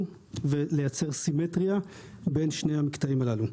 ולייצר סימטריה בין שני המקטעים הללו.